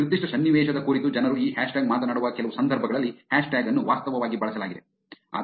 ನಿರ್ದಿಷ್ಟ ಸನ್ನಿವೇಶದ ಕುರಿತು ಜನರು ಈ ಹ್ಯಾಶ್ಟ್ಯಾಗ್ ಮಾತನಾಡುವ ಕೆಲವು ಸಂದರ್ಭಗಳಲ್ಲಿ ಹ್ಯಾಶ್ಟ್ಯಾಗ್ ಅನ್ನು ವಾಸ್ತವವಾಗಿ ಬಳಸಲಾಗಿದೆ